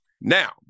Now